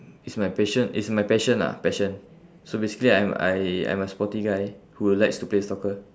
is my passion is my passion lah passion so basically I'm I I'm a sporty guy who likes to play soccer